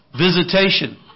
Visitation